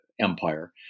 empire